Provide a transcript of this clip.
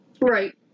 Right